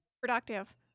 productive